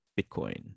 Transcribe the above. Bitcoin